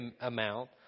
amount